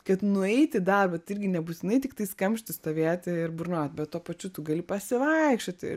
kad nueit į darbą tai irgi nebūtinai tiktai kamšty stovėti ir burnot bet tuo pačiu tu gali pasivaikščioti ir